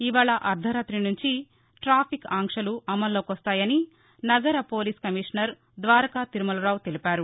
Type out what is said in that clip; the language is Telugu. ఇవాళ అర్దరాతి నుంచి టాఫిక్ ఆంక్షలు అమల్లోకొస్తాయని నగర పోలీస్ కమీషనర్ ద్వారకాతిరుమలరావు తెలిపారు